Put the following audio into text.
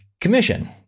commission